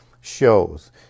shows